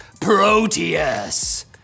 Proteus